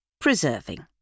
Preserving